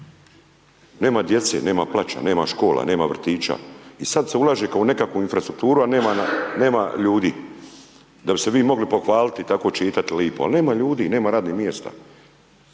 Nema djece, nema plača, nema škola, nema vrtića i sad se ulaže kao u nekakvu infrastrukturu, a nema ljudi, da bi se vi mogli pohvalit i tako čitat lipo, al nema ljudi, nema radni mjesta,